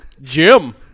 Jim